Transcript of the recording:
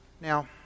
Now